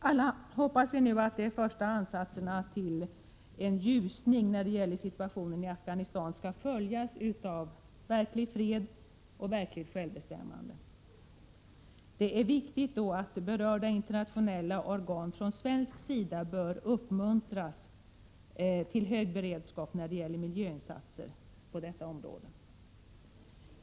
Alla hoppas vi nu att de första ansatserna till en ljusning i situationen i Afghanistan skall följas av verklig fred och verkligt självbestämmande. Det är då viktigt att berörda internationella organ uppmuntras från svensk sida till hög beredskap när det gäller miljöinsatser inom detta område.